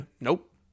Nope